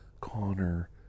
Connor